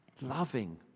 Loving